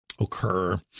occur